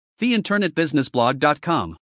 theinternetbusinessblog.com